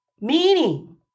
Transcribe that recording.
Meaning